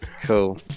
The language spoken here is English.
Cool